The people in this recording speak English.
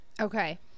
Okay